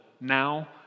now